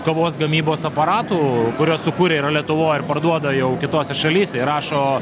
kavos gamybos aparatų kuriuos sukūrę yra lietuvoj ir parduoda jau kitose šalyse ir rašo